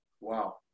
Wow